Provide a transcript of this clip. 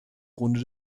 runde